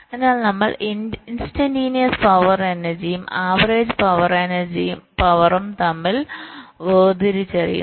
അതിനാൽ നമ്മൾ instantaneous power എനർജിയും ആവറേജ് പവറും തമ്മിൽ വേർതിരിച്ചറിയുന്നു